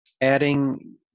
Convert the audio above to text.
adding